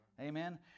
Amen